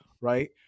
right